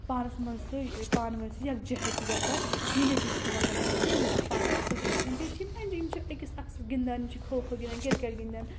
پانَس منٛز سُہ پانہٕ ؤنۍ سُہ یَک جَہتِی گژھَان یوٗنِٹی چھِ یِمَن گژھَان تہٕ یِم چھِ پانہٕ ؤنۍ اَصٕل پٲٹھۍ گِنٛدان بیٚیہِ چھِ یِم اَٮ۪نٛجَاے یِم چھِ أکِس اکھ سُہ گِنٛدان یِم چھِ کھو کھو گِنٛدان کِرکَٹ گِنٛدان